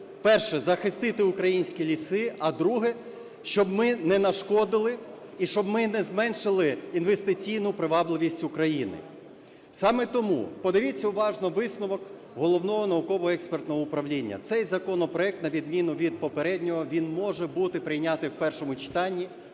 перше - захистити українські ліси; а друге - щоб ми не нашкодили і щоб ми не зменшили інвестиційну привабливість України. Саме тому, подивіться уважно висновок Головного науково-експертного управління. Цей законопроект, на відміну від попереднього, він може бути прийнятий в першому читанні,